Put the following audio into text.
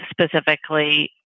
specifically